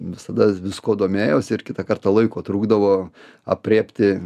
visada viskuo domėjausi ir kitą kartą laiko trūkdavo aprėpti